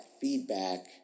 feedback